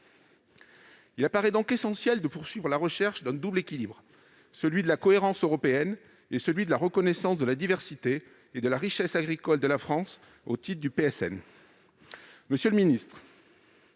Il apparaît donc essentiel de poursuivre la recherche d'un double équilibre : celui de la cohérence européenne et celui de la reconnaissance de la diversité et de la richesse agricole de la France au titre du plan stratégique